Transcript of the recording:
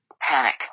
panic